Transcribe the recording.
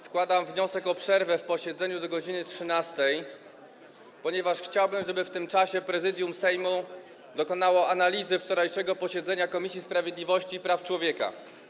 Składam wniosek o przerwę w posiedzeniu do godz. 13, ponieważ chciałbym, żeby w tym czasie Prezydium Sejmu dokonało analizy wczorajszego posiedzenia Komisji Sprawiedliwości i Praw Człowieka.